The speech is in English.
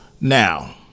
now